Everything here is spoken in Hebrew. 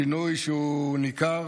שינוי שהוא ניכר,